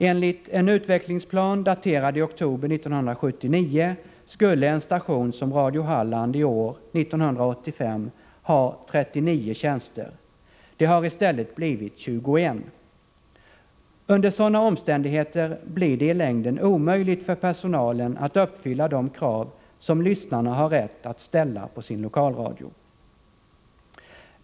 Enligt en utvecklingsplan, daterad i oktober 1979, skulle en station som Radio Halland i år, 1985, ha 39 tjänster. Det har i stället blivit 21! Under sådana omständigheter blir det i längden omöjligt för personalen att uppfylla de krav som lyssnarna har rätt att ställa på sin lokalradio.